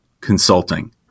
consulting